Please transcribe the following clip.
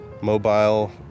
Mobile